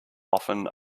often